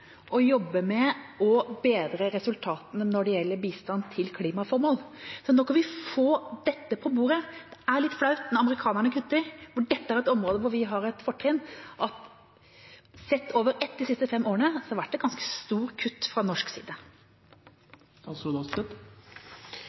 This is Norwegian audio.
å jobbe med å bedre resultatene når det gjelder bistand til klimaformål. Når kan vi få dette på bordet? Det er litt flaut – når amerikanerne kutter – for dette er et område hvor vi har et fortrinn, og de siste fem årene sett under ett har det vært et ganske stort kutt fra norsk side.